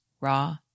raw